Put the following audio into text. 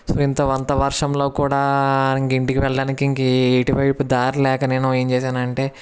so ఇంత అంత వర్షంలో కూడా ఇంక ఇంటికి వెళ్ళడానికి ఇంక ఎటువైపు దారి లేక నేను ఏం చేశాను అంటే